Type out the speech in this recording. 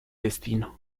destino